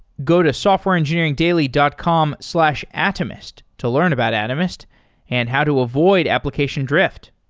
go to softwareengineeringdaily dot com slash atomist to learn about atomist and how to avoid application drift.